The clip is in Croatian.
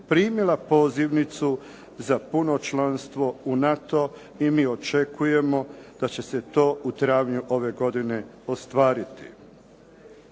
primila pozivnicu za puno članstvo u NATO i mi očekujemo da će se to u travnju ove godine ostvariti.